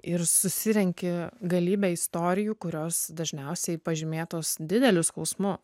ir susirenki galybę istorijų kurios dažniausiai pažymėtos dideliu skausmu